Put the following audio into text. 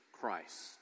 Christ